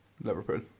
Liverpool